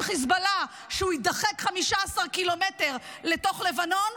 חיזבאללה שהוא יידחק 15 קילומטרים לתוך לבנון?